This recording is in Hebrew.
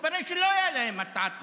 התברר שלא הייתה להם הצעת חוק,